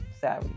sorry